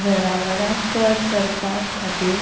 जनावराक चरपा खातीर